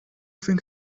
think